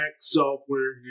software